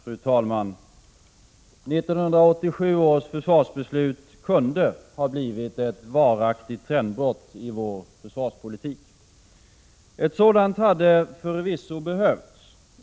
Fru talman! 1987 års försvarsbeslut kunde ha blivit ett varaktigt trendbrott i vår försvarspolitik. Ett sådant hade behövts.